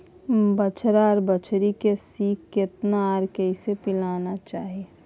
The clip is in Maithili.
बछरा आर बछरी के खीस केतना आर कैसे पिलाना चाही?